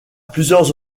plusieurs